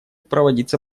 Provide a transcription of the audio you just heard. проводиться